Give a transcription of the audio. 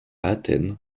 athènes